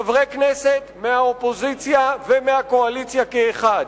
חברי כנסת מהאופוזיציה ומהקואליציה כאחד,